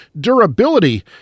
durability